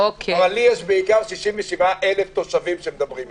אבל לי יש בעיקר 67,000 תושבים שמדברים אתי,